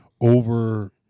over